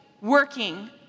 working